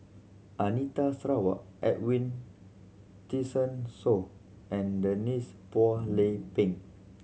Anita Sarawak Edwin Tessensohn and Denise Phua Lay Peng